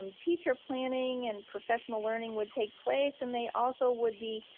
um teacher planning and professional learning would take place and they also would be